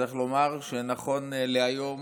צריך לומר שנכון להיום